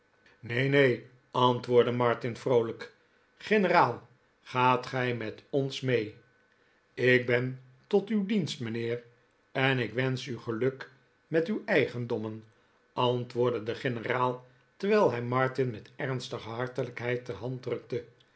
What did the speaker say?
neen neen antwoordde martin vroolijk generaal gaat gij met ons mee ik ben tot uw dienst mijnheer en ik wensch u geluk met uw eigendom antwoordde de generaal terwijl hij martin met ernstige hartelijkheid de hand drukte